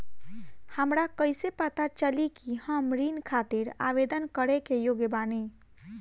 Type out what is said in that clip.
हमरा कईसे पता चली कि हम ऋण खातिर आवेदन करे के योग्य बानी?